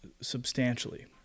substantially